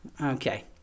Okay